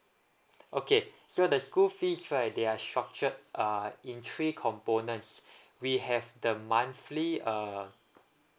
okay so the school fees right they are structured uh in three components we have the monthly uh